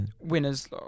winners